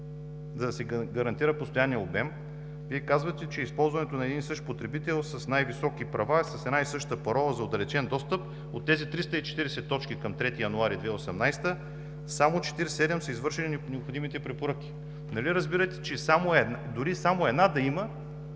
за да се гарантира постоянният обем, Вие казвате, че използването на един и същи потребител с най-високи права, с една и съща парола за отдалечен достъп, от тези 340 точки към 3 януари 2018 г. само 47 са извършили необходимите препоръки. Нали разбирате, че дори само една да има,